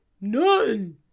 none